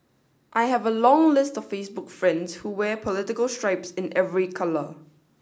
I have a long list of Facebook friends who wear political stripes in every colour